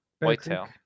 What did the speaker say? Whitetail